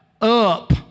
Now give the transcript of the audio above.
up